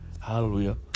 Hallelujah